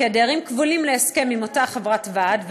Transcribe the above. כי הדיירים כבולים להסכם עם אותה חברת ועד,